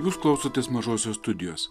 jūs klausotės mažosios studijos